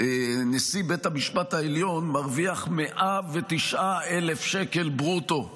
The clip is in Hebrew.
נשיא בית המשפט העליון מרוויח 109,000 שקל ברוטו בבסיס,